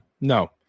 No